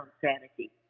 sanity